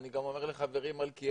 ואני גם אומר לחברי מלכיאלי,